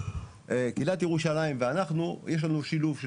קהילת ירושלים ואנחנו יש לנו שילוב של